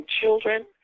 children